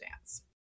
dance